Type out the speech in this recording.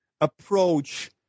approach